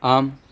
आम्